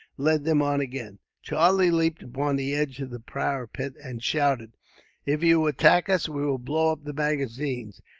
led them on again. charlie leaped upon the edge of the parapet, and shouted if you attack us, we will blow up the magazine.